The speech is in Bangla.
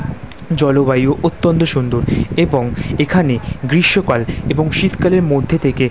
জলবায়ু অত্যন্ত সুন্দর এবং এখানে গ্রীষ্মকাল এবং শীতকালের মধ্যে থেকে